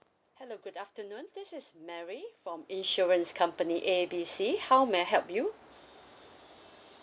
hello good afternoon this is mary from insurance company A B C how may I help you